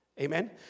amen